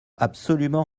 absolument